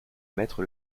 mettre